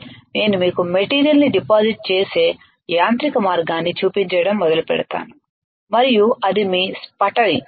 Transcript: నేను మీకు మెటీరియల్ ని డిపాజిట్ చేసే యాంత్రిక మార్గాన్ని చూపించడం మొదలుపెడతాను మరియు అది మీ స్పట్టరింగ్